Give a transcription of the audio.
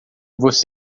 você